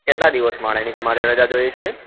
કેટલા દિવસ માટેની તમારે રજા જોઈએ છે